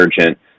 urgent